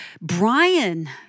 Brian